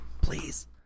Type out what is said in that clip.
Please